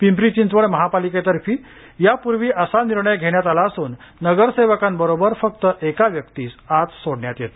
पिंपरी चिंचवड महापालिकेतर्फे यापूर्वी असा निर्णय घेण्यात आला असून नगरसेवकांबरोबर फक्त एका व्यक्तीस आत सोडण्यात येते